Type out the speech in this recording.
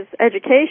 education